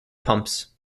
pumps